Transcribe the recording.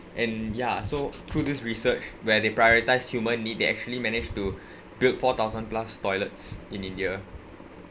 and ya so through this research where they prioritise human need they actually manage to build four thousand plus toilets in india